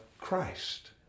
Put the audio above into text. Christ